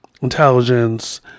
intelligence